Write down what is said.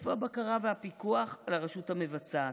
איפה הבקרה והפיקוח על הרשות המבצעת?